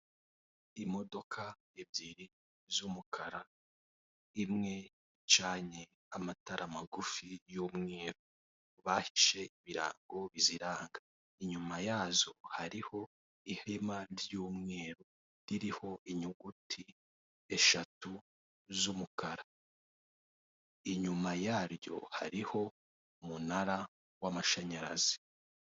Imodoka ebyiri z'umukara, imwe icanye amatara magufi y'umweru, bahishe ibirango biziranga, inyuma yazo hariho ihema ry'umweru ririho inyuguti eshatu z'umukara, inyuma yaryo hariho umunara w'amashanyarazi.